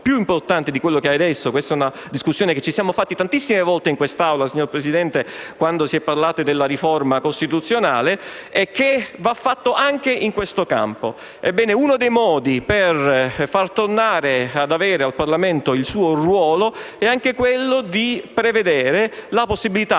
più importante di quello che ha attualmente. E questa è una discussione che abbiamo svolto tantissime volte in Aula, signor Presidente, quando si è parlato della riforma costituzionale, e che va fatta anche in siffatto campo. Ebbene, uno dei modi per far sì che il Parlamento torni ad avere il suo ruolo è anche quello di prevedere la possibilità,